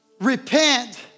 Repent